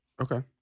Okay